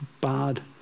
bad